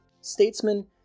statesman